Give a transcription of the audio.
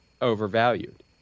overvalued